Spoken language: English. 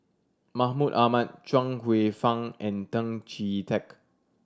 Mahmud Ahmad Chuang Hsueh Fang and Tan Chee Teck